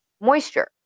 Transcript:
moisture